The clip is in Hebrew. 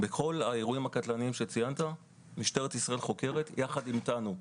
בכל האירועים הקטלניים שציינת משטרת ישראל חוקרת ביחד אתנו.